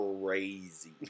crazy